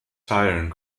teilen